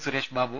Sureshbabu